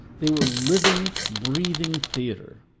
they were living, breathing theatre.